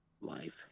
life